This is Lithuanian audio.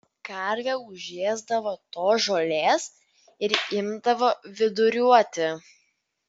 karvė užėsdavo tos žolės ir imdavo viduriuoti